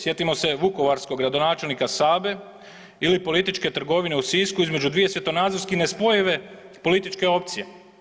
Sjetimo se vukovarskog gradonačelnika Sabe ili političke trgovine u Sisku između dvije svjetonazorski ne spojive političke opcije.